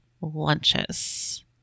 lunches